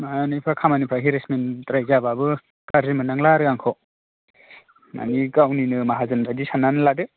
माने खामानिफोरा हेरेसमेन्ट द्राय जाबाबो गाज्रि मोननांला आरो आंखौ माने गावनिनो माहाजोन बायदि साननानै लादो